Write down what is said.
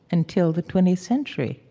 until the twentieth century.